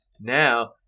Now